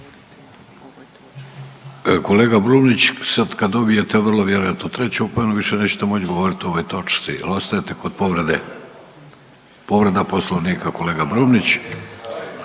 Kolega Brumnić sad kad dobije vrlo vjerojatno treću opomenu više neće moći govoriti o ovoj točci. Ostajete kod povrede? Povreda Poslovnika kolega Brumnić.